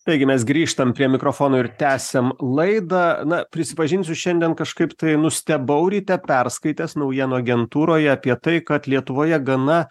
taigi mes grįžtam prie mikrofono ir tęsiam laidą na prisipažinsiu šiandien kažkaip tai nustebau ryte perskaitęs naujienų agentūroje apie tai kad lietuvoje gana